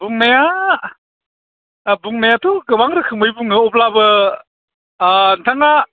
बुंनाया बुंनायाथ' गोबां रोखोमै बुङो अब्लाबो नोंथाङा